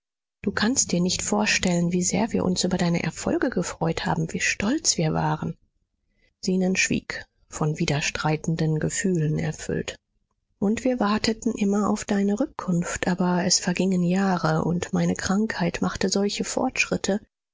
du kannst dir nicht vorstellen wie sehr wir uns über deine erfolge gefreut haben wie stolz wir waren zenon schwieg von widerstreitenden gefühlen erfüllt und wir warteten immer auf deine rückkunft aber es vergingen jahre und meine krankheit machte solche fortschritte